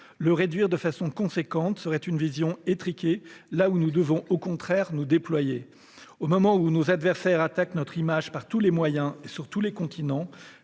le réduire considérablement serait révélateur d'une vision étriquée là où nous devons, au contraire, nous déployer. Au moment où nos adversaires attaquent notre image par tous les moyens et sur tous les continents,